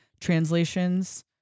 translations